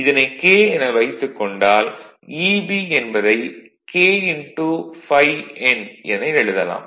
இதனை k என வைத்துக் கொண்டால் Eb என்பதை Eb k ∅ N என எழுதலாம்